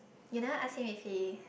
you never ask him if he